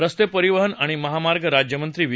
रस्ते परिवहन आणि महामार्ग राज्यमंत्री वी